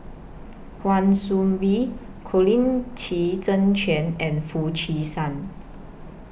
Kwa Soon Bee Colin Qi Zhe Quan and Foo Chee San